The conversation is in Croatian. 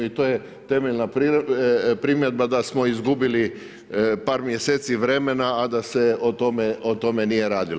I to je temeljna primjedba da smo izgubili par mjeseci vremena a da se o tome nije radilo.